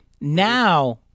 Now